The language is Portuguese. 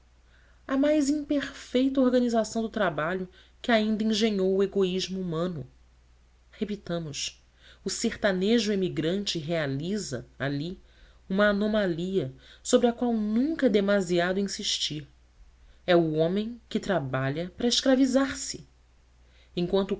a mais imperfeita organização do trabalho que ainda engenhou o egoísmo humano repitamos o sertanejo emigrante realiza ali uma anomalia sobre a qual nunca é demasiado insistir é o homem que trabalha para escravizar se enquanto